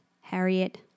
Harriet